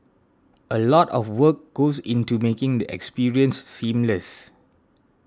a lot of work goes into making the experience seamless